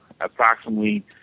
approximately